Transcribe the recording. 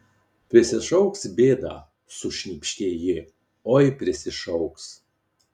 prisišauks bėdą sušnypštė ji oi prisišauks